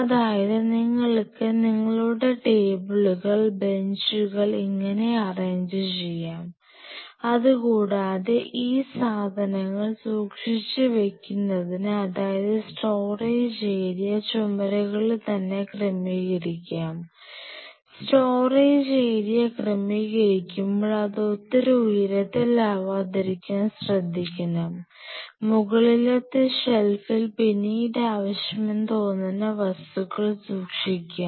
അതായത് നിങ്ങൾക്ക് നിങ്ങളുടെ ടേബിളുകൾ ബെഞ്ചുകൾ ഇങ്ങനെ അറേഞ്ച് ചെയ്യാം അതുകൂടാതെ ഈ സാധനങ്ങൾ സൂക്ഷിച്ചു വയ്ക്കുന്നതിനു അതായത് സ്റ്റോറേജ് ഏരിയ ചുമരുകളിൽ തന്നെ ക്രമീകരിക്കാം സ്റ്റോറേജ് ഏരിയ ക്രമീകരിക്കുമ്പോൾ അത് ഒത്തിരി ഉയരത്തിൽ ആവാതിരിക്കാൻ ശ്രദ്ധിക്കണം മുകളിലത്തെ ഷെൽഫിൽ പിന്നീട് ആവശ്യമെന്ന് തോന്നുന്ന വസ്തുക്കൾ സൂക്ഷിക്കാം